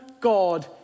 God